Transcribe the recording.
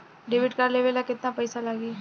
Debit card लेवे ला केतना पईसा लागी?